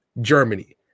Germany